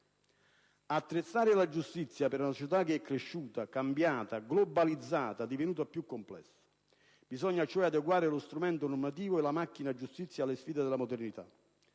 Attrezzare la giustizia per una società che è cresciuta, cambiata, globalizzata, divenuta più complessa. Bisogna cioè adeguare lo strumento normativo e la «macchina giustizia» alle sfide della modernità: